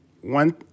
one